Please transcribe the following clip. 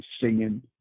singing